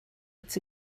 its